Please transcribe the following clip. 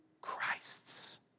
Christs